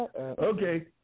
Okay